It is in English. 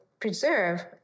preserve